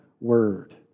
word